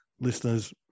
listeners